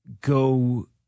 go